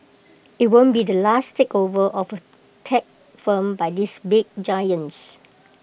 IT won't be the last takeover of tech firm by these big giants